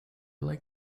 like